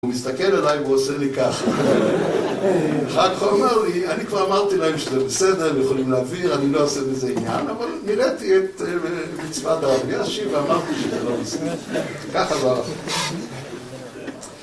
הוא מסתכל עלי ועושה לי ככה, אחר כך הוא אמר לי, אני כבר אמרתי להם שזה בסדר, הם יכולים להעביר, אני לא אעשה מזה עניין, אבל מילאתי את מצוות הרב אלישיב, ואמרתי שזה לא בסדר. כך עבר החוק.